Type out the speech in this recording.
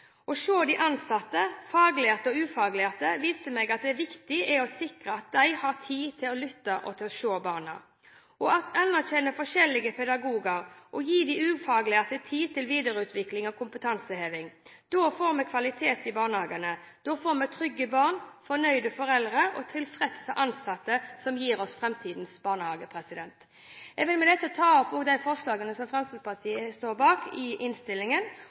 de ansatte – faglærte og ufaglærte – som viste meg at det viktige er å sikre at de har tid til å lytte til og se barna. Vi må anerkjenne forskjellige pedagoger og gi de ufaglærte tid til videreutvikling og kompetanseheving. Da får vi kvalitet i barnehagene. Da får vi trygge barn, fornøyde foreldre og tilfredse ansatte som gir oss framtidens barnehage. Jeg vil med dette ta opp de forslagene som Fremskrittspartiet står bak i innstillingen,